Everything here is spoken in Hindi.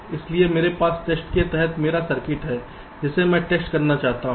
इसलिए मेरे पास टेस्ट के तहत मेरा सर्किट है जिसे मैं टेस्ट करना चाहता हूं